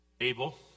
Abel